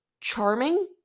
charming